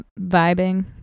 vibing